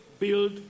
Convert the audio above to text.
Build